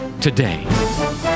today